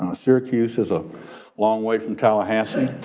um syracuse is a long way from tallahassee.